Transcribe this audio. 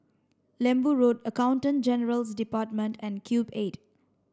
Lembu Road Accountant General's Department and Cube eight